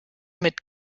mit